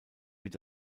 wird